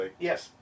Yes